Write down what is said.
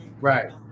Right